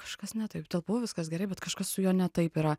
kažkas ne taip telpu viskas gerai bet kažkas su juo ne taip yra